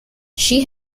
she